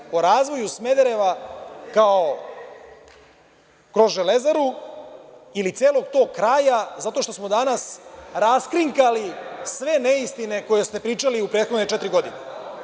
Dakle, o razvoju Smedereva kroz Železaru ili celog tog kraja, zato što smo danas rasklinkali sve neistine koje ste pričali u prethodne četiri godine.